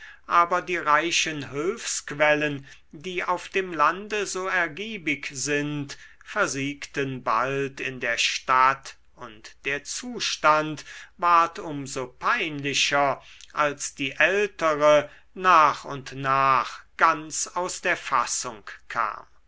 aber die reichen hülfsquellen die auf dem lande so ergiebig sind versiegten bald in der stadt und der zustand ward um so peinlicher als die ältere nach und nach ganz aus der fassung kam